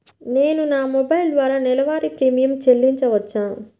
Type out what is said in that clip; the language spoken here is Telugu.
నేను నా మొబైల్ ద్వారా నెలవారీ ప్రీమియం చెల్లించవచ్చా?